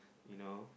you know